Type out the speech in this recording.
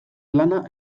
lana